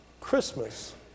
Christmas